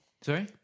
sorry